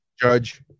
Judge